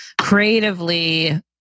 creatively